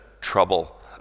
trouble